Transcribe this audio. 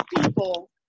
people